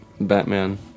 Batman